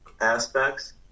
aspects